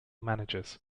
managers